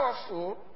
powerful